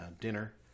dinner